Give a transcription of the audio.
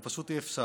זה פשוט אי-אפשר.